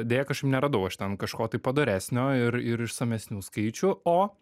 deja kažkaip neradau aš ten kažko tai padoresnio ir ir išsamesnių skaičių o